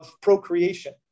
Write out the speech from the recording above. procreation